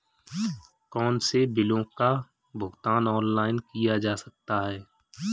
कौनसे बिलों का भुगतान ऑनलाइन किया जा सकता है?